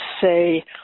say